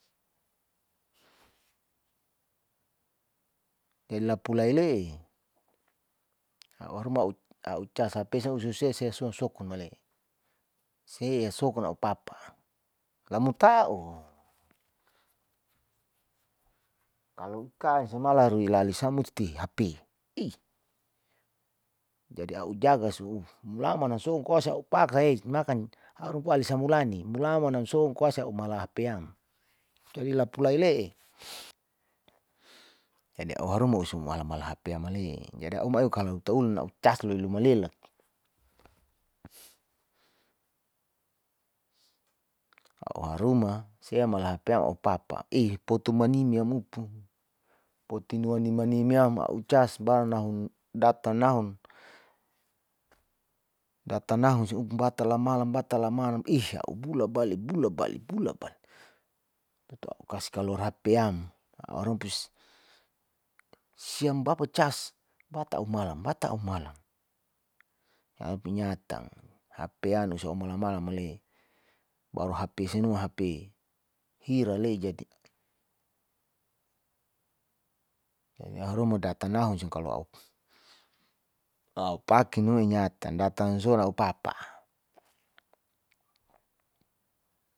Jadi lapulai le'e a'u haruma a'u cas hp sukon male sea sokun a'u papa lamu tau kalo ikaen rui alisa musti hp iiy, jadi a'u jaga su mulaman nasongko aus a'u pakae et makan arumpu alisa mulani mulaman nam songko ais a'u mala hpyam, jadi lapulai le'e jadi a'u harum usui mala-mala hp male'e jadi a'u maio kalo utaulun a'u cas loiluma lela a'u haruma sea mala hp a'u papa ih potom maniya mupu potinoa nimani manimyam a'u cas baran nahun data nahun data nahu siupum batal lamalam batal lamalam ih a'u bula bale bula bale poto a'u kasi kaluar hpyam a'u harompis siam bapa cas bata umalam bata umalam eebinyatang hpanu siomalam malam male'e baru hp sinua hp hira le jadi lele haruma datan nahun sing kalo a'u upaki nuinyatan datang suan a'u papa.